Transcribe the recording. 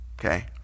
Okay